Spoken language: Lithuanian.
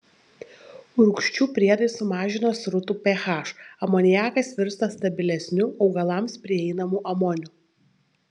rūgščių priedai sumažina srutų ph amoniakas virsta stabilesniu augalams prieinamu amoniu